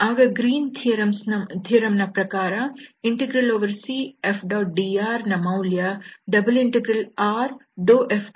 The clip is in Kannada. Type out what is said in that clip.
ಆಗ ಗ್ರೀನ್ಸ್ ಥಿಯರಂ Green's theorem ನ ಪ್ರಕಾರ CF⋅dr ನ ಮೌಲ್ಯ ∬RF2∂x F1∂ydA